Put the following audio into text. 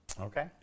Okay